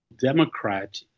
Democrat